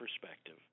perspective